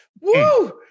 woo